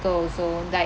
also like